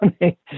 money